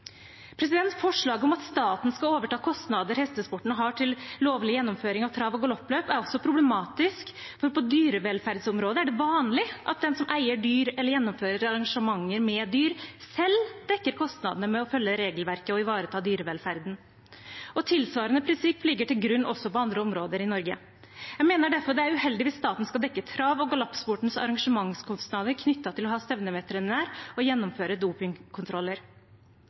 Forslaget om at staten skal overta kostnader hestesporten har til lovlig gjennomføring av trav og galoppløp, er også problematisk, for på dyrevelferdsområdet er det vanlig at den som eier dyr eller gjennomfører arrangementer med dyr, selv dekker kostnadene med å følge regelverket og ivareta dyrevelferden. Tilsvarende prinsipp ligger til grunn også på andre områder i Norge. Jeg mener derfor det er uheldig hvis staten skal dekke trav- og galoppsportens arrangementskostnader knyttet til å ha stevneveterinær og gjennomføre dopingkontroller.